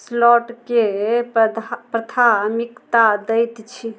स्लाॅटकेँ प्रथा प्राथमिकता दैत छी